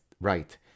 Right